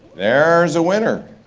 there's a winner.